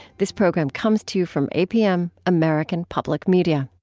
this program comes to you from apm, american public media